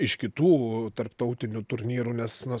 iš kitų tarptautinių turnyrų nes na